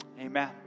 Amen